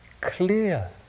clear